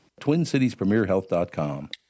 TwinCitiesPremierHealth.com